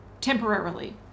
temporarily